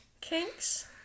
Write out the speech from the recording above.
Kinks